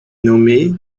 nommée